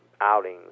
outings